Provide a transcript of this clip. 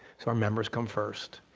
so our members come first.